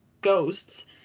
ghosts